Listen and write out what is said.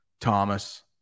Thomas